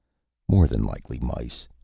more than likely mice,